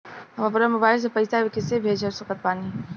हम अपना मोबाइल से पैसा कैसे भेज सकत बानी?